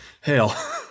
Hell